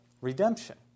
redemption